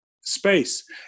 space